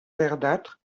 verdâtre